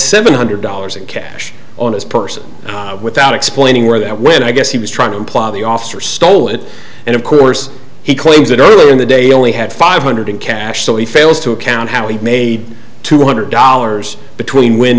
seven hundred dollars in cash on his person without explaining where that when i guess he was trying to imply the officer stole it and of course he claims that earlier in the day only had five hundred in cash so he fails to account how he made two hundred dollars between when